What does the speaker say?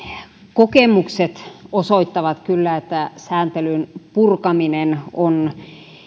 kokemukset osoittavat kyllä että sääntelyn purkaminen on